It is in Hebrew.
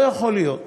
לא יכול להיות